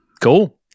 cool